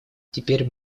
теперь